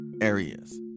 areas